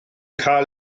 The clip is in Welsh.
cael